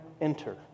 enter